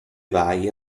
vai